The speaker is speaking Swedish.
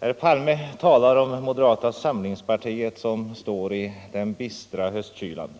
Herr talman! Herr Palme talar om moderata samlingspartiet som står i den bistra höstkylan.